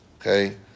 Okay